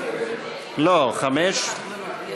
זה